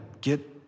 get